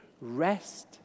rest